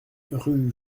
rue